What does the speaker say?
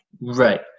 Right